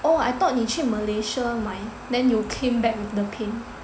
oh I thought 你去 Malaysia 买 then you came back with the paint